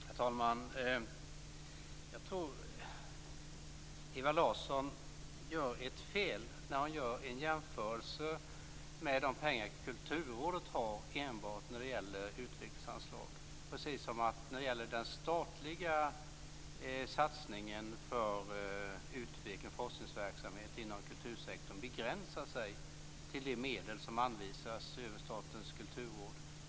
Herr talman! Jag tror att Ewa Larsson gör ett fel när hon gör en jämförelse med de pengar Kulturrådet har enbart när det gäller utvecklingsanslag. När det gäller den statliga satsningen för utveckling och forskningsverksamhet inom kultursektorn kan man inte begränsa sig till de medel som anvisas över Statens kulturråd.